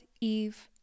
Eve